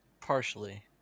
Partially